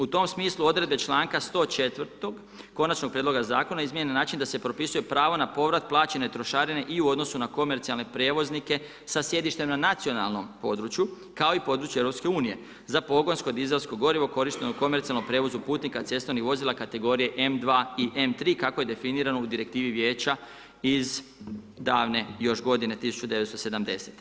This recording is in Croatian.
U tom smislu, Odredbe članka 104.-og, Konačnog prijedloga Zakona izmijenjen na način da se propisuje pravo na povrat plaćene trošarine, i u odnosu na komercijalne prijevoznike sa sjedištem na nacionalnom području, kao i na području EU, za pogonsko dizelsko gorivo korišteno u komercijalnom prijevozu putnika, cestovnih vozila kategorije M2 I M3 kako je definirano u direktivi Vijeća iz davne još g. 1970.